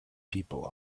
people